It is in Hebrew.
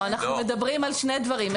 אנחנו מדברים על שני דברים,